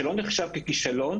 שלא נחשב ככישלון,